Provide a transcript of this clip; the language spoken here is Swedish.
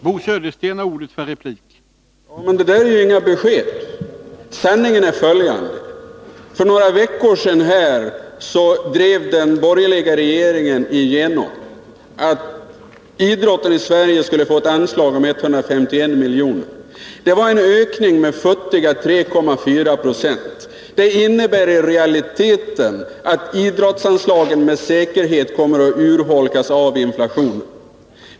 Herr talman! Det där är ju inga besked! Sanningen är följande: För några veckor sedan drev den borgerliga regeringen igenom att idrotten i Sverige skulle få ett anslag på 151 miljoner. Det innebar en ökning med futtiga 3,4 70. Det innebär i realiteten att idrottsanslagen med säkerhet kommer att urholkas av inflationen.